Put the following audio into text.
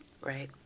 Right